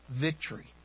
victory